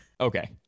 Okay